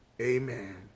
Amen